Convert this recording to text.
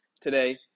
today